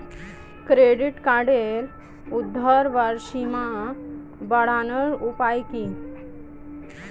Credit কার্ডের উর্ধ্বসীমা বাড়ানোর উপায় কি?